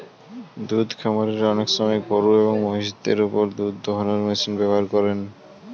দুদ্ধ খামারিরা অনেক সময় গরুএবং মহিষদের ওপর দুধ দোহানোর মেশিন ব্যবহার করেন